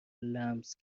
لمس